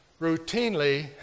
routinely